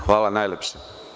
Hvala najlepše.